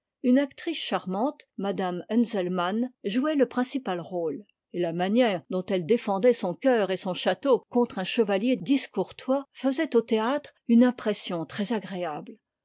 une actrice charmante madame unzelmann jouait le principa rôle et la manière dont elle défendait son cœur et son château contre un chevalier discourtois faisait au théâtre une impression